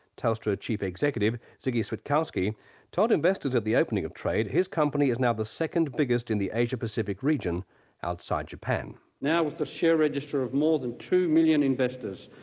telstra chief executive, ziggy switkowski told investors at the opening of trade, his company is now the second biggest in the asia pacific region outside japan. now with the share register of more than two million investors,